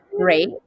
great